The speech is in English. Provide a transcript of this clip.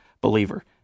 believer